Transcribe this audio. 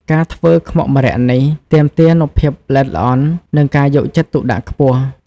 ការធ្វើខ្មុកម្រ័ក្សណ៍នេះ ទាមទារនូវភាពល្អិតល្អន់ និងការយកចិត្តទុកដាក់ខ្ពស់។